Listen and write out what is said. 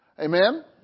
Amen